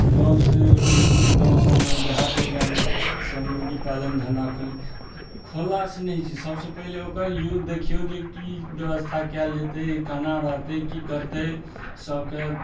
गाँवसँ गाँव सबमे देहात एरिआमे सब मुर्गी पालन धन्धा खोलि खोललासँ नहि होइ छै सबसँ पहिले ओकर यूज देखियौ जे की व्यवस्था कयल जेतय केना रहतइ की करतइ सबके